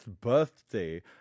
birthday